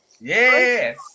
yes